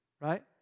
right